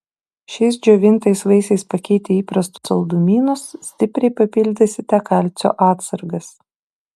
šiais džiovintais vaisiais pakeitę įprastus saldumynus stipriai papildysite kalcio atsargas